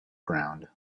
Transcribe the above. ground